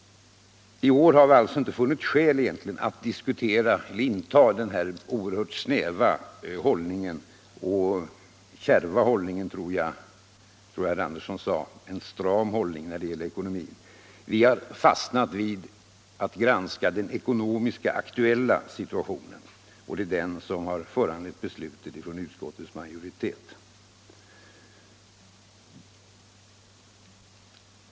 I år har vi alltså inte funnit skäl att inta samma strikt snäva och strama hållning som tidigare. Vi har stannat vid att granska den aktuella ekonomiska situationen, och det är den som har föranlett utskottsmajoritetens ställningstagande.